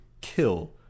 kill